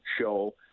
show